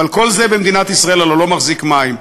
אבל כל זה במדינת ישראל הרי לא מחזיק מים.